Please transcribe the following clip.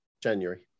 January